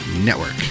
Network